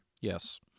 Yes